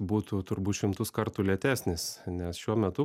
būtų turbūt šimtus kartų lėtesnis nes šiuo metu